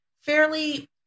fairly